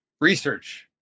Research